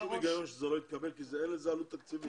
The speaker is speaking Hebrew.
שום היגיון שזה לא יתקבל כי אין לזה עלות תקציבית.